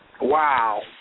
Wow